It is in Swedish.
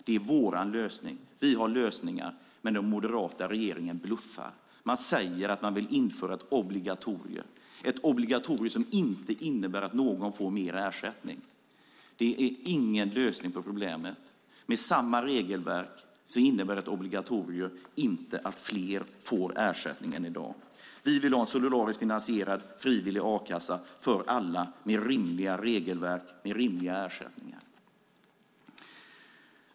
Det är vår lösning. Vi har lösningar, men den moderata regeringen bluffar. Man säger att man vill införa ett obligatorium. Men det är ett obligatorium som inte innebär att någon får mer ersättning. Det är ingen lösning på problemet. Med samma regelverk innebär ett obligatorium inte att fler än i dag får ersättning. Vi vill ha en solidariskt finansierad frivillig a-kassa för alla med rimliga regelverk och rimliga ersättningar.